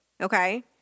Okay